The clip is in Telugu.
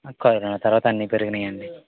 కరోన తర్వాత అన్నిపెరిగినాయండి